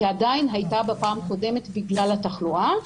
היא עדיין הייתה בפעם הקודמת בגלל התחלואה.